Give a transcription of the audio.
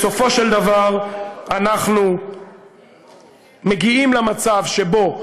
בסופו של דבר אנחנו מגיעים למצב שבו,